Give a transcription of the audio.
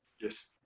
Yes